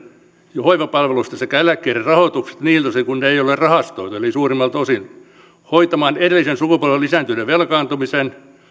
ja hoivapalveluista sekä eläkkeiden rahoituksesta niiltä osin kuin ne eivät ole rahastoituja eli suurimmalta osin myös hoitamaan edellisen sukupolven lisääntyneen velkaantumisen